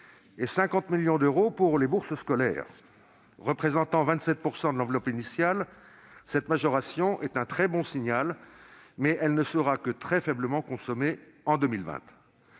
et 50 millions d'euros pour les bourses scolaires. Représentant 27 % de l'enveloppe initiale, cette majoration est un très bon signal, mais elle ne sera que très faiblement consommée en 2020.